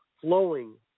flowing